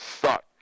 suck